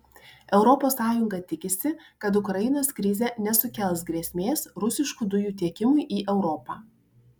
europos sąjunga tikisi kad ukrainos krizė nesukels grėsmės rusiškų dujų tiekimui į europą